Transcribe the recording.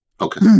Okay